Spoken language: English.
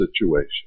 situation